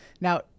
Now